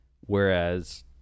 whereas